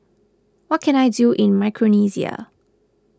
what can I do in Micronesia